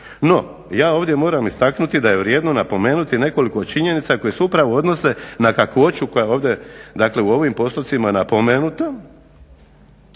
No ja ovdje moram istaknuti da je vrijedno napomenuti nekoliko činjenica koje se upravo odnose na kakvoću koja je ovdje dakle u ovim postupcima napomenuta,